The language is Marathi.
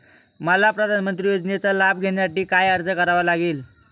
मला प्रधानमंत्री योजनेचा लाभ घेण्यासाठी काय अर्ज करावा लागेल?